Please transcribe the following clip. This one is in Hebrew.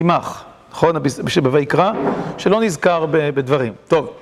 יימך, נכון? הפסוק שביקרא, שלא נזכר בדברים. טוב.